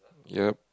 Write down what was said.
yup